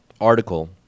article